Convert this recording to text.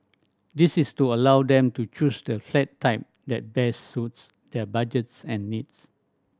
this is to allow them to choose the flat type that best suits their budgets and needs